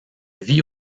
vit